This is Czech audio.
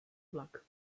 vlak